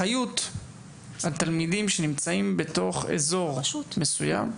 אחריות התלמידים שנמצאים בתוך אזור מסוים,